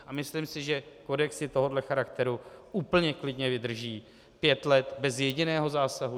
A myslím si, že kodexy tohoto charakteru úplně klidně vydrží pět let bez jediného zásadu.